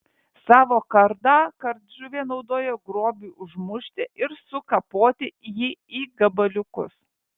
savo kardą kardžuvė naudoja grobiui užmušti ir sukapoti jį į gabaliukus